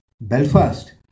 Belfast